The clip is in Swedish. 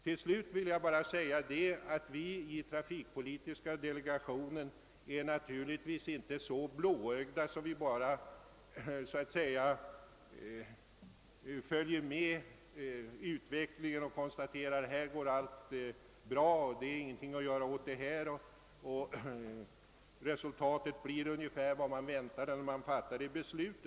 Till slut vill jag säga, att vi i trafikpolitiska delegationen naturligtvis inte är så blåögda, att vi bara reservationslöst följer utvecklingen och konstaterar att allting är bra beställt och att det inte är någonting att göra utan resultatet blivit ungefär vad man väntade, när riksdagen fattade sitt beslut.